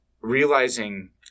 realizing